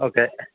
okay